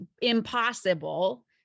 impossible